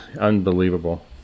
Unbelievable